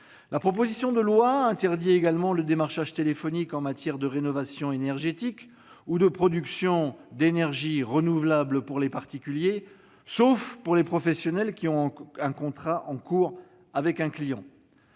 La proposition de loi interdit également le démarchage téléphonique en matière de rénovation énergétique ou de production d'énergies renouvelables pour les particuliers, sauf pour les contrats en cours. Vous savez